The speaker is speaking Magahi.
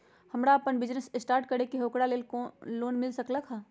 हमरा अपन बिजनेस स्टार्ट करे के है ओकरा लेल लोन मिल सकलक ह?